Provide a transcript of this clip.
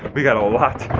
but we got a lot,